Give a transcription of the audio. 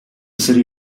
city